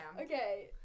Okay